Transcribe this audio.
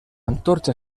antorcha